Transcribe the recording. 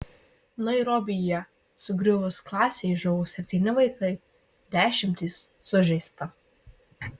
nairobyje sugriuvus klasei žuvo septyni vaikai dešimtys sužeista